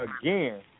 again